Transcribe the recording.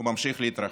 והוא ממשיך להתרחב.